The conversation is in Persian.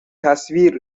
تصویر